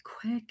quick